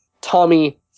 Tommy